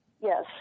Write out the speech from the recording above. Yes